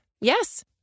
Yes